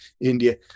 India